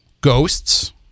ghosts